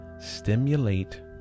stimulate